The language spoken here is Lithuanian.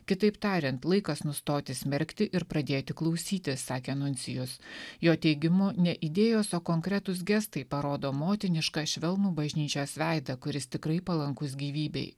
kitaip tariant laikas nustoti smerkti ir pradėti klausyti sakė nuncijus jo teigimu ne idėjos o konkretūs gestai parodo motinišką švelnų bažnyčios veidą kuris tikrai palankus gyvybei